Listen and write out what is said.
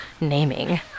naming